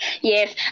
yes